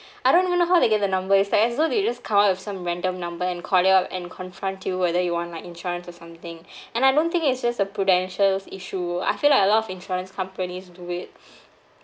I don't even know how they get the number it's like as though they just come up with some random number and call you up and confront you whether you want like insurance or something and I don't think it's just a prudential's issue I feel like a lot of insurance companies do it